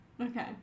okay